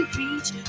reach